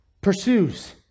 pursues